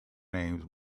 name